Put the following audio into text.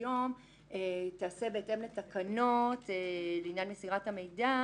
היום תיעשה בהתאם לתקנות לעניין מסירת המידע